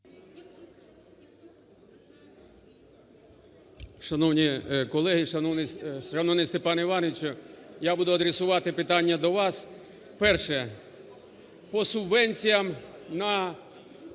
Шановні колеги! Шановний Степане Івановичу! Я буду адресувати питання до вас. Перше. По субвенціям на